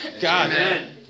God